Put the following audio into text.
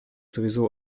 sowieso